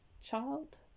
child